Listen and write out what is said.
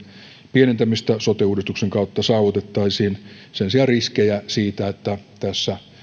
pienentämistä sote uudistuksen kautta saavutettaisiin sen sijaan riskejä siitä että tässä